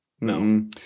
No